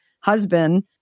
husband